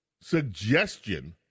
suggestion